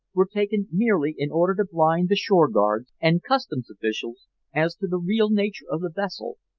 were taken merely in order to blind the shore-guards and customs officials as to the real nature of the vessel,